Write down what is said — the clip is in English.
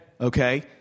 Okay